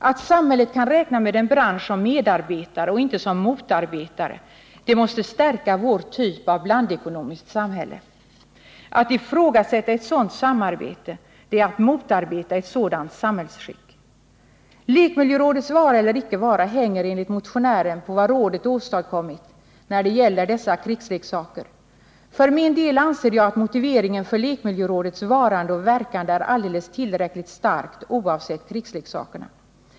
Att samhället kan räkna med en bransch som medarbetare och inte som motarbetare måste stärka vår typ av blandekonomiskt samhälle. Att ifrågasätta ett sådant samarbete är att motarbeta ett sådant samhällsskick. Lekmiljörådets vara eller icke vara hänger enligt motionärerna på vad rådet åstadkommit när det gäller dessa krigsleksaker. För min del anser jag att motivet för lekmiljörådets varande och verkande är alldeles tillräckligt starkt, oavsett krigsleksakerna.